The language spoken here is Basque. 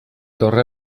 dorre